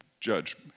judge